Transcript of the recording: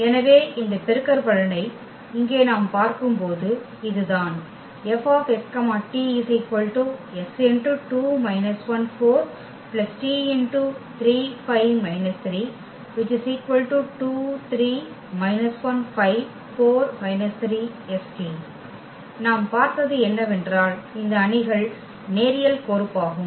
எனவே இந்த பெருக்கற்பலனை இங்கே நாம் பார்க்கும்போது இதுதான் நாம் பார்த்தது என்னவென்றால் இந்த அணிகள் நேரியல் கோர்ப்பாகும்